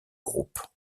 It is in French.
groupe